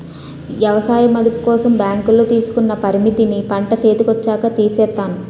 ఎవసాయ మదుపు కోసం బ్యాంకులో తీసుకున్న పరపతిని పంట సేతికొచ్చాక తీర్సేత్తాను